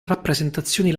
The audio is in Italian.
rappresentazioni